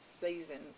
seasons